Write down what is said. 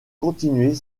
continuer